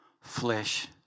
flesh